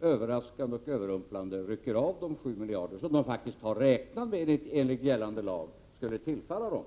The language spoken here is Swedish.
överraskande och överrumplande rycker av dem 7 miljarder, som de har räknat med enligt gällande lag skulle tillfalla dem